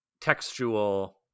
textual